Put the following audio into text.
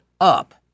up